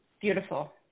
Beautiful